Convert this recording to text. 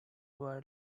viral